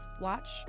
Watch